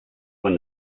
when